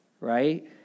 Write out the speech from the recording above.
Right